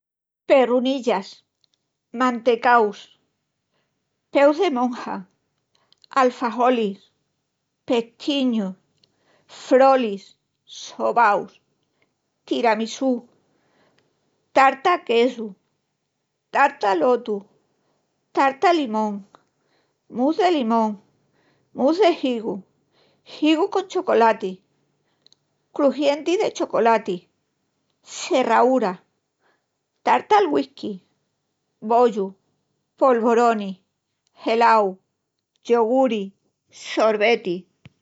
Perrunillas, mantecaus, peus de monja, alfajolis, pestiñus, frolis, sobaus, tiramisú, tarta quesu, tarta lotus, tarta limón, mus de limón, mus de higu, higus con chocolati, crujienti de chocolati, serraúra, tarta al güisqui, bollus, polvoronis, gelaus, yoguris, sorbetis.